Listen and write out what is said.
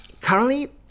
currently